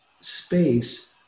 space